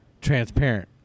transparent